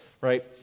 right